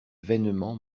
vainement